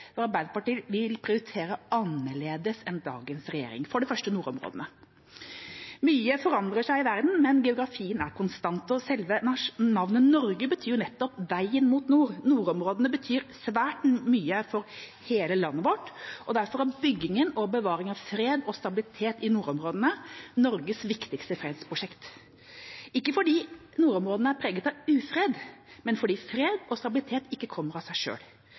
Arbeiderpartiet vil prioritere annerledes enn dagens regjering. Det første er nordområdene. Mye forandrer seg i verden, men geografien er konstant, og selve navnet «Norge» betyr jo nettopp «veien mot nord». Nordområdene betyr svært mye for hele landet vårt, og derfor er byggingen og bevaringen av fred og stabilitet i nordområdene Norges viktigste fredsprosjekt. Ikke fordi nordområdene er preget av ufred, men fordi fred og stabilitet ikke kommer av seg